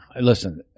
Listen